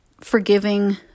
forgiving